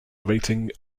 rating